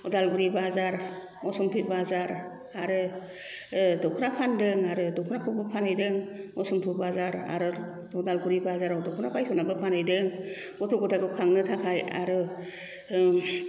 अदालगुरि बाजार असमफि बाजार आरो दख'ना फानदों आरो दख'नाखौबो फानहैदों असमफि बाजार आरो अदालगुरि बाजाराव दख'ना बायनानैबो फानहैदों गथ' गथायखौ खांनो थाखाय आरो